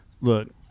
look